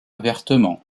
vertement